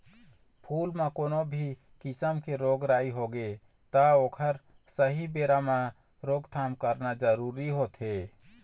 फूल म कोनो भी किसम के रोग राई होगे त ओखर सहीं बेरा म रोकथाम करना जरूरी होथे